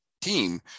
team